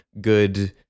good